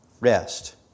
rest